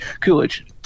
Coolidge